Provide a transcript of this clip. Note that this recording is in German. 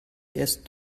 erst